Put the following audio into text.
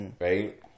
Right